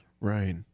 Right